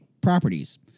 properties